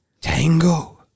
Tango